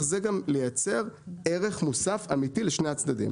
זה גם לייצר ערך מוסף אמיתי לשני הצדדים.